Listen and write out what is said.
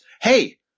hey